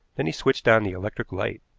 then he switched on the electric light.